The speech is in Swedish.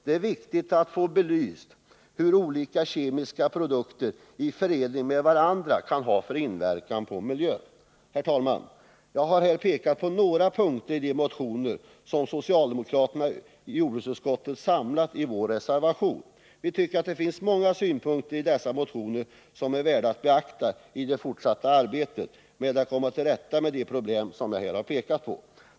Det är viktigt att få belyst vad olika kemiska produkter i förening med varandra kan ha för inverkan på miljön. Herr talman! Jag har här pekat på några punkter i de motioner som vi socialdemokrater i jordbruksutskottet samlat i vår reservation. Vi tycker att det finns många synpunkter i dessa motioner som är värda att beakta i det fortsatta arbetet med att komma till rätta med de problem som jag här har tagit upp.